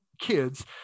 kids